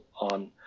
on